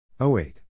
08